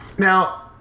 Now